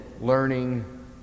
learning